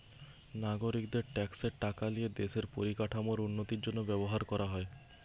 নাগরিকদের ট্যাক্সের টাকা লিয়ে দেশের পরিকাঠামোর উন্নতির জন্য ব্যবহার করা হয়